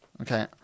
Okay